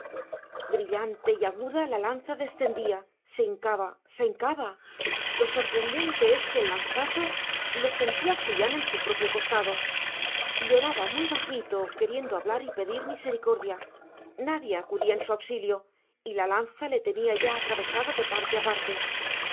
brillante y aguda la lanza descendía se hincaba se hincaba lo sorprendente es que el lanzazo lo sentía julián en su propio costado lloraba muy bajito queriendo hablar y pedir misericordia nadie acudía en su auxilio y la lanza le tenía ya atravesado de parte a parte